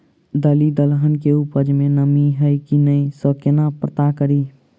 दालि दलहन केँ उपज मे नमी हय की नै सँ केना पत्ता कड़ी?